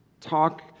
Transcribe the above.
talk